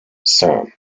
sam